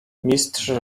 mistrz